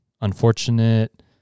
unfortunate